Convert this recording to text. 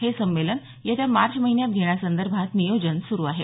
हे संमेलन येत्या मार्च महिन्यात घेण्यासंदर्भात नियोजन सुरू आहे